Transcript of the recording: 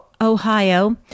Ohio